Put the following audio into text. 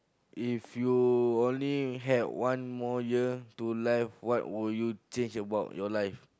if you only have one more year to live what would you change about your life